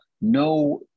no